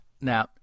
Now